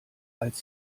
als